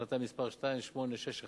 החלטה מס' 2861,